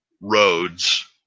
roads